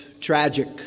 tragic